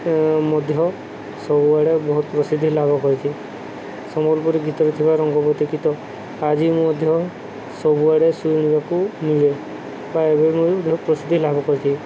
ମଧ୍ୟ ସବୁଆଡ଼େ ବହୁତ ପ୍ରସିଦ୍ଧି ଲାଭ କରିଛି ସମ୍ବଲପୁର ଗୀତରେ ଥିବା ରଙ୍ଗବତୀ ଗୀତ ଆଜି ମଧ୍ୟ ସବୁଆଡ଼େ ଶୁଣିବାକୁ ମିଳେ ବା ଏବେ ବି ବହ ପ୍ରସିଦ୍ଧି ଲାଭ କରିଛି